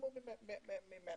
תשמעו ממנו.